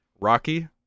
rocky